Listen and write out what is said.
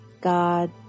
God